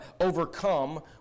overcome